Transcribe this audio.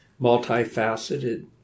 multifaceted